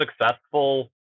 successful